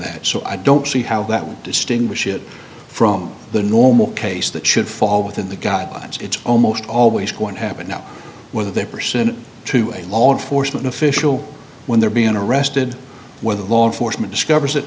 that so i don't see how that would distinguish it from the normal case that should fall within the guidelines it's almost always going to happen now with a person to a law enforcement official when they're being arrested whether the law enforcement discovers